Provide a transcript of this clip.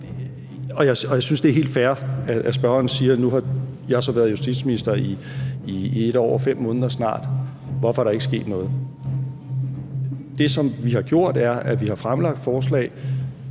Og jeg synes, det er helt fair, at spørgeren siger, at jeg nu snart har været justitsminister i 1 år og 5 måneder, så hvorfor er der ikke sket noget? Det, som vi har gjort, er, at vi har fremlagt forslag,